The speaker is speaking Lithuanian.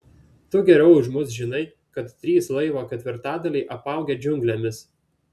tu geriau už mus žinai kad trys laivo ketvirtadaliai apaugę džiunglėmis